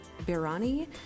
Birani